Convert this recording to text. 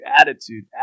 attitude